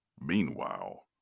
Meanwhile